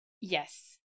Yes